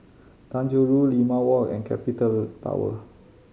Tanjong Rhu Limau Walk and Capital Tower